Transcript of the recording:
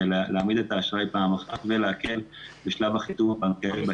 להעמיד את האשראי ובשלב השני להקל בשלב החיתום הבנקאי.